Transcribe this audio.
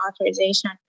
authorization